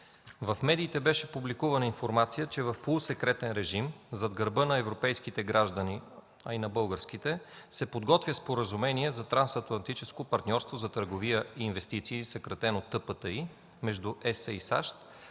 В медиите беше публикувана информация, че в полусекретен режим зад гърба на европейските граждани, а и на българските, се подготвя споразумение за Трансатлантическо партньорство за търговия и инвестиции, съкратено ТПТИ, между ЕС и САЩ,